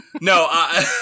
No